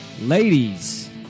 Ladies